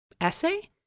essay